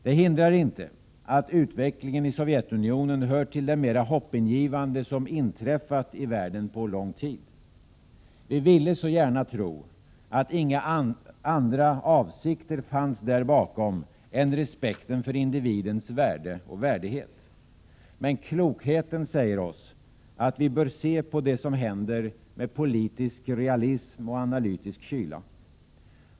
Det hindrar inte att utvecklingen i Sovjetunionen hör till det mera hoppingivande som inträffat i världen på lång tid. Vi ville så gärna tro att inga andra avsikter fanns där bakom än respekten för individens värde och värdighet. Men klokheten säger oss att vi bör se på det som händer med politisk realism och analytisk kyla.